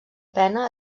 pena